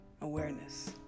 awareness